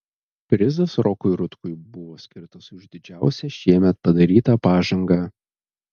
prizas rokui rutkui buvo skirtas už didžiausią šiemet padarytą pažangą